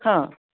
हां